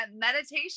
Meditation